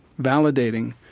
validating